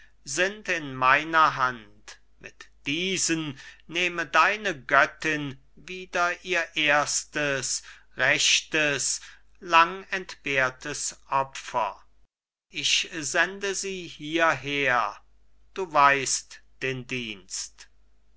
sind in meiner hand mit diesen nehme deine göttin wieder ihr erstes rechtes lang entbehrtes opfer ich sende sie hierher du weißt den dienst